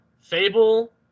fable